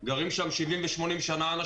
גרים שם אנשים במשך 80-70 שנה.